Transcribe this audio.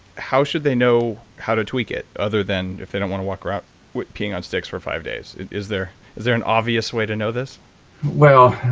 how should they know how to tweak it other than if they don't want to walk about peeing on sticks for five days? is there is there an obvious way to know this? steve well,